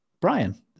Brian